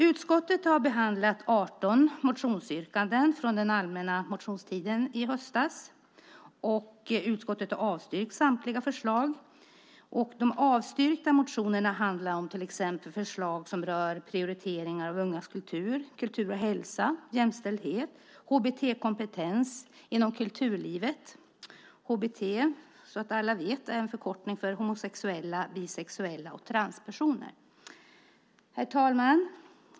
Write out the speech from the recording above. Utskottet har behandlat 18 motionsyrkanden från den allmänna motionstiden i höstas, och utskottet har avstyrkt samtliga förslag. De avstyrkta motionerna handlar om till exempel förslag som rör prioriteringar av ungas kultur, kultur och hälsa, jämställdhet och HBT-kompetens inom kulturlivet. HBT är en förkortning för homosexuella, bisexuella och transpersoner. Herr talman!